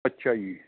ਅੱਛਾ ਜੀ